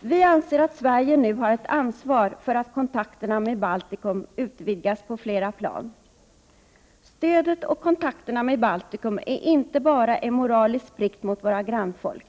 Vi anser att Sverige nu har ett ansvar för att kontakterna med Baltikum utvidgas på flera plan. Stödet och kontakterna med Baltikum är inte bara en moralisk plikt mot våra grannfolk.